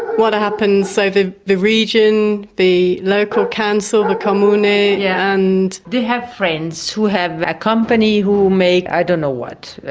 what happens? so the the region, the local council, the comune yeah and. they have friends who have a company who make, i don't know what.